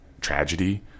tragedy